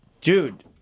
dude